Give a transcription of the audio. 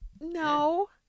No